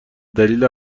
دلیل